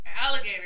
alligator